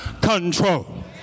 control